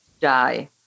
die